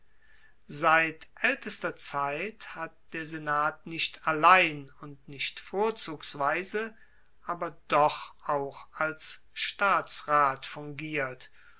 seit aeltester zeit hat der senat nicht allein und nicht vorzugsweise aber doch auch als staatsrat fungiert